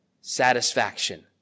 satisfaction